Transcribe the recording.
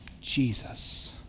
Jesus